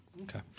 Okay